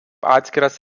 atskiras